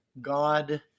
God